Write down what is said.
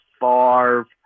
Favre